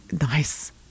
Nice